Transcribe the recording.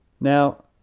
Now